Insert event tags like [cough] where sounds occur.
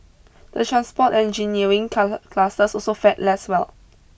the transport engineering [unintelligible] cluster also fared less well